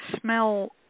smell